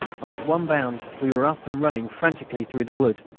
and with one bound we were up and running frantically through the wood.